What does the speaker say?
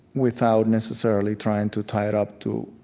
without necessarily trying to tie it up to,